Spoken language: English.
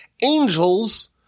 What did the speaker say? angels